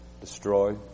destroy